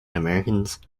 americans